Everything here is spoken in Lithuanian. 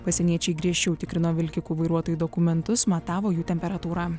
pasieniečiai griežčiau tikrina vilkikų vairuotojų dokumentus matavo jų temperatūrą